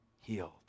healed